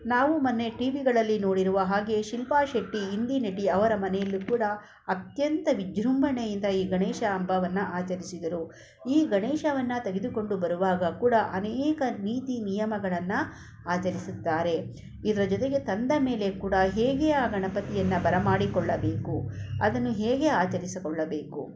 ನಾವು ಮೊನ್ನೆ ಟಿ ವಿಗಳಲ್ಲಿ ನೋಡಿರುವ ಹಾಗೆ ಶಿಲ್ಪಾ ಶೆಟ್ಟಿ ಹಿಂದಿ ನಟಿ ಅವರ ಮನೆಯಲ್ಲೂ ಕೂಡ ಅತ್ಯಂತ ವಿಜೃಂಭಣೆಯಿಂದ ಈ ಗಣೇಶ ಹಬ್ಬವನ್ನ ಆಚರಿಸಿದರು ಈ ಗಣೇಶನನ್ನ ತೆಗೆದುಕೊಂಡು ಬರುವಾಗ ಕೂಡ ಅನೇಕ ನೀತಿ ನಿಯಮಗಳನ್ನು ಆಚರಿಸುತ್ತಾರೆ ಇದರ ಜೊತೆಗೆ ತಂದ ಮೇಲೆ ಕೂಡ ಹೇಗೆ ಆ ಗಣಪತಿಯನ್ನು ಬರಮಾಡಿಕೊಳ್ಳಬೇಕು ಅದನ್ನು ಹೇಗೆ ಆಚರಿಸಿಕೊಳ್ಳಬೇಕು